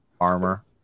armor